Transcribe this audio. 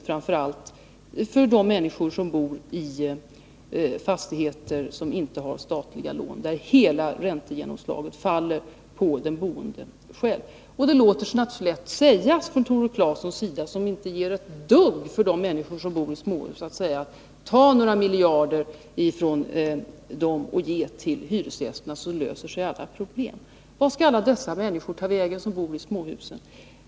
Framför allt gäller det de människor som bor i fastigheter utan statliga lån, där hela räntegenomslaget faller på den boende själv. Tore Claeson, som inte ger ett dugg för de människor som bor i småhus, kan naturligtvis lätt säga: Tag några miljarder från dem och ge till hyresgästerna, så löser sig alla problem! Vart skall alla de människor ta vägen som bor i småhus?